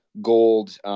gold